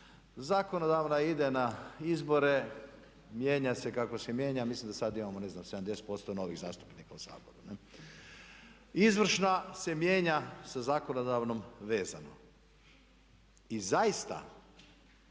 Zakonodavna ide na izbore, mijenja se kako se mijenja. Mislim da sada imam ne znam 70% novih zastupnika u Saboru. Izvršna se mijenja sa zakonodavnom vezano. I zaista